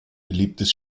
beliebtes